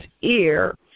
ear